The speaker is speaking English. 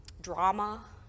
drama